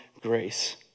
grace